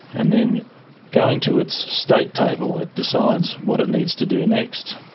and then going to its state table it decides what it needs to do next,